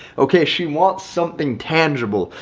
okay, she wants something tangible.